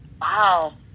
wow